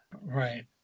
Right